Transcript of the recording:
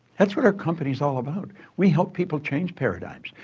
that's what our company's all about. we help people change paradigms.